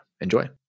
Enjoy